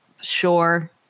Sure